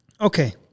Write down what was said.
Okay